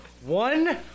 One